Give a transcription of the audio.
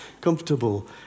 comfortable